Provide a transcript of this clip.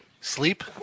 Sleep